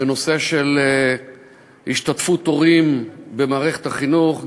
בנושא של השתתפות הורים במערכת החינוך,